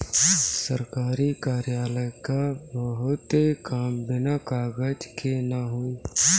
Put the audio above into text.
सरकारी कार्यालय क बहुते काम बिना कागज के ना होई